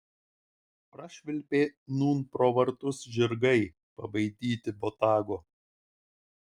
prašvilpė nūn pro vartus žirgai pabaidyti botago